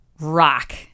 Rock